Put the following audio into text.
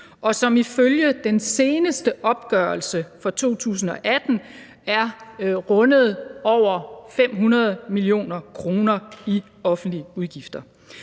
og som ifølge den seneste opgørelse for 2018 har rundet over 500 mio. kr. i offentlige udgifter.